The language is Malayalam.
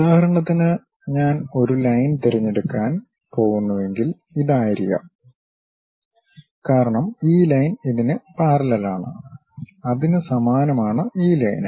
ഉദാഹരണത്തിന് ഞാൻ ഒരു ലൈൻ തിരഞ്ഞെടുക്കാൻ പോകുന്നുവെങ്കിൽ അത് ഇതായിരിക്കാം കാരണം ഈ ലൈൻ ഇതിന് പാരല്ലെൽ ആണ് അതിന് സമാനമാണ് ഈ ലൈൻ